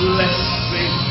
Blessing